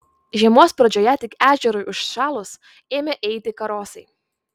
žiemos pradžioje tik ežerui užšalus ėmę eiti karosai